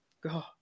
god